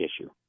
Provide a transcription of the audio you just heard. issue